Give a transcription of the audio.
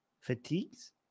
Fatigues